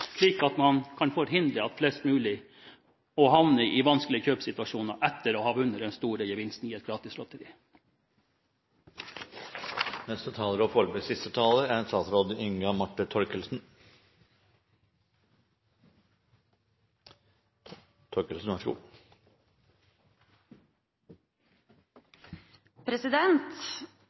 slik at man kan hindre flest mulig fra å havne i vanskelige kjøpssituasjoner – etter å ha vunnet den store gevinsten i et